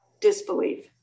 disbelief